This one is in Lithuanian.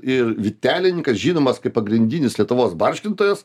ir vytelininkas žinomas kaip pagrindinis lietuvos barškintojas